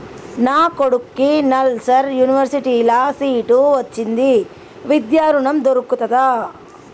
నా కొడుకుకి నల్సార్ యూనివర్సిటీ ల సీట్ వచ్చింది విద్య ఋణం దొర్కుతదా?